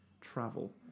travel